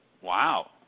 Wow